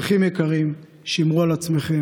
אזרחים יקרים, שמרו על עצמכם.